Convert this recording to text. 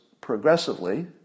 progressively